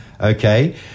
Okay